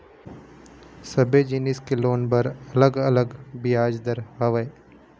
सबे जिनिस के लोन बर अलग अलग बियाज दर हवय